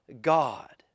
God